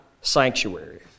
sanctuary